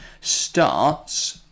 starts